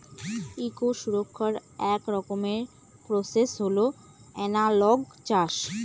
eco সুরক্ষার এক রকমের প্রসেস হল এনালগ চাষ